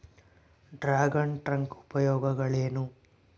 Dragon tank ಉಪಯೋಗಗಳೇನು?